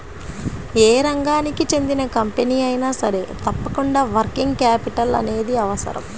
యే రంగానికి చెందిన కంపెనీ అయినా సరే తప్పకుండా వర్కింగ్ క్యాపిటల్ అనేది అవసరం